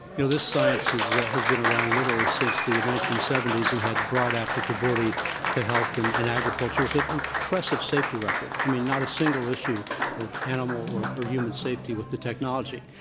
you know, this science is has been around literally since the nineteen seventy s and had broad applicability to health and and agriculture with an impressive safety record. i mean, not a single issue of animal or or human safety with the technology.